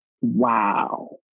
wow